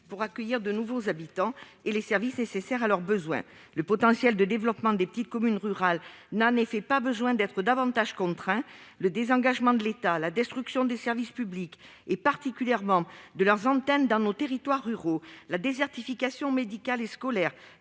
pour accueillir de nouveaux habitants ainsi que les services nécessaires à leurs besoins. Le potentiel de développement des petites communes rurales n'a, en effet, pas besoin d'être davantage contraint qu'il ne l'est déjà. Le désengagement de l'État, la destruction des services publics, particulièrement de leurs antennes dans nos territoires ruraux, et la désertification médicale et scolaire